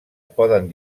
poden